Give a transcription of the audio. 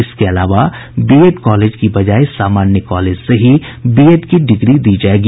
इसके अलावा BEd college की बजाय सामान्य कॉलेज से ही बीएड की डिग्री दी जायेगी